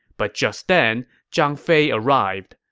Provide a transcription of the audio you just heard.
but just then, zhang fei arrived.